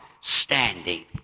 standing